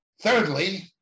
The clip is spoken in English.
Thirdly